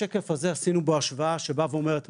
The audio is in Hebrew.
בשקף הזה עשינו בו השוואה שאומרת,